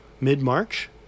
mid-march